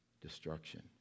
destruction